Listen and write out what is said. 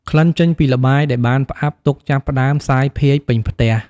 ក្លិនចេញពីល្បាយដែលបានផ្អាប់ទុកចាប់ផ្ដើមសាយភាយពេញផ្ទះ។